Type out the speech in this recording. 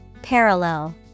Parallel